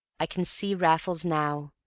i can see raffles now,